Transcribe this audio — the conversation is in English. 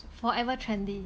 forever trendy